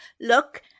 look